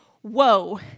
whoa